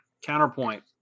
Counterpoint